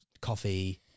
coffee